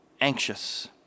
anxious